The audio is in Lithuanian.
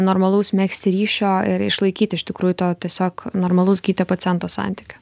normalaus megzti ryšio ir išlaikyti iš tikrųjų to tiesiog normalus gyto paciento santykio